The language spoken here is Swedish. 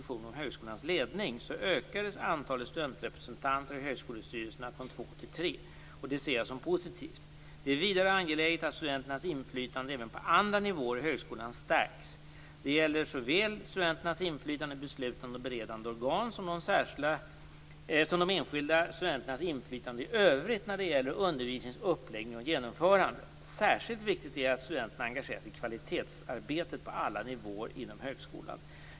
I ökades antalet studentrepresentanter i högskolestyrelserna från två till tre, och det ser jag som positivt. Det är vidare angeläget att studenternas inflytande även på andra nivåer i högskolan stärks. Det gäller såväl studenternas inflytande i beslutande och beredande organ som de enskilda studenternas inflytande i övrigt när det gäller undervisningens uppläggning och genomförande. Särskilt viktigt är att studenterna engagerar sig i kvalitetsarbetet på alla nivåer inom högskolan.